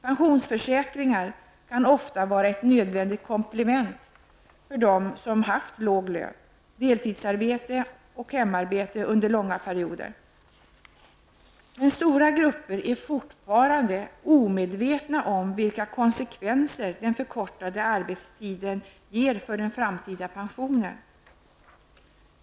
Pensionsförsäkringar kan ofta vara ett nödvändigt komplement för dem som haft låg lön, deltidsarbete och hemarbete under långa perioder. Men stora grupper är fortfarande omedvetna om vilka konsekvenser den förkortade arbetstiden ger för den framtida pensionen.